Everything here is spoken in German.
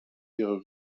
ihre